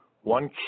one